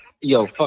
yo